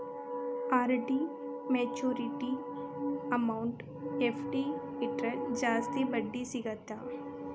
RD maturity amount FD ಇಟ್ರ ಜಾಸ್ತಿ ಬಡ್ಡಿ ಸಿಗತ್ತಾ